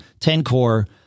10-core